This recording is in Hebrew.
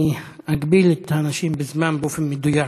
אני אגביל את האנשים בזמן באופן מדויק.